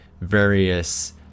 various